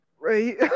Right